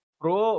pro